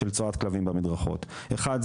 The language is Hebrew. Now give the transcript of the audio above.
של צואת כלבים במדרכות: אחד,